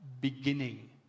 beginning